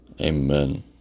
Amen